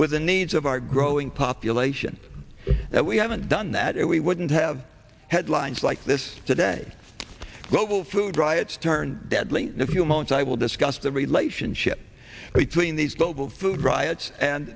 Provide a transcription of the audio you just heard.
with the needs of our growing population that we haven't done that or we wouldn't have headlines like this today global food riots turn deadly in a few moments i will discuss the relationship between these global food riots and